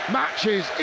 matches